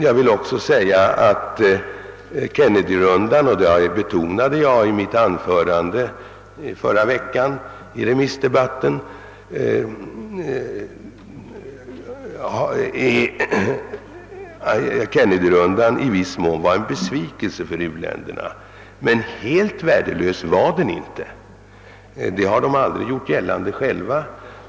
Jag vill säga — vilket jag även betonade i mitt anförande under remissdebatten i förra veckan — att Kennedyronden i viss mån var en besvikelse för u-länderna. Men den var inte helt värdelös, och det har de aldrig gjort gällande själva.